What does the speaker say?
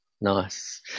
Nice